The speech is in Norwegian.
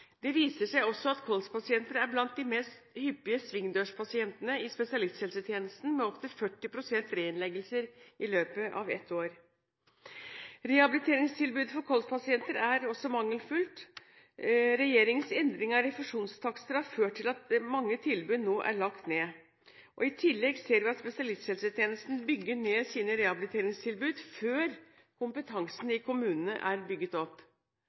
Det viser seg også at kolspasienter er blant de mest hyppige svingdørspasientene i spesialisthelsetjenesten med opptil 40 pst. reinnleggelser i løpet av ett år. Rehabiliteringstilbudet for kolspasienter er også mangelfullt. Regjeringens endring av refusjonstakster har ført til at mange tilbud nå er lagt ned. I tillegg ser vi at spesialisthelsetjenesten bygger ned sine rehabiliteringstilbud før kompetansen i kommunene er bygget opp.